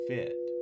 fit